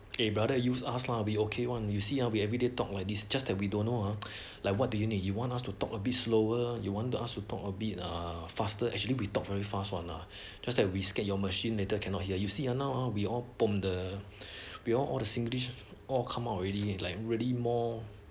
eh brother you ask lah we be okay one you see ah we everyday talk like this just that we don't know uh like what do you need you want us to talk a bit slower you wanted us to talk a bit ah faster actually we talk very fast one lah just that we scared your machine later cannot hear you see now ah we all bomb we all all the singlish all come out already like really more